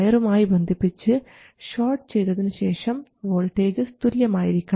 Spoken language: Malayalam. വയറുമായി ബന്ധിപ്പിച്ച് ഷോർട്ട് ചെയ്തതിനുശേഷം വോൾട്ടേജസ് തുല്യമായിരിക്കണം